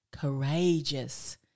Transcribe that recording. courageous